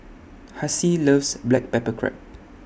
Hassie loves Black Pepper Crab